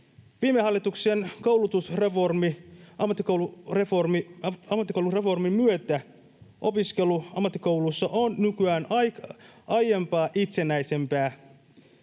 Viime hallituksen ammattikoulureformin myötä opiskelu ammattikoulussa on nykyään aiempaa itsenäisempää.